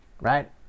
right